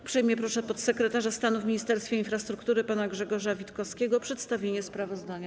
Uprzejmie proszę podsekretarza stanu w Ministerstwie Infrastruktury pana Grzegorza Witkowskiego o przedstawienie sprawozdania.